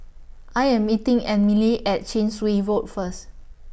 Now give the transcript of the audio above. I Am meeting Emilie At Chin Swee Road First